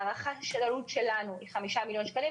הערכת העלות שלנו היא 5 מיליון שקלים.